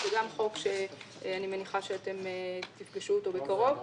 זה גם חוק שאני מניחה שאתם תפגשו בקרוב.